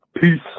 Peace